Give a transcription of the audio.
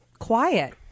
quiet